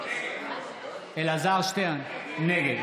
נגד